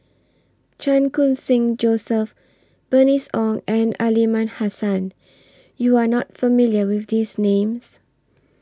Chan Khun Sing Joseph Bernice Ong and Aliman Hassan YOU Are not familiar with These Names